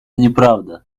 неправда